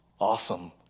awesome